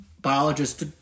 biologists